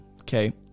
okay